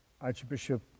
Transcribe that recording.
Archbishop